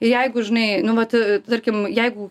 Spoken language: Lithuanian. ir jeigu žinai nu vat tarkim jeigu